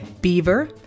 beaver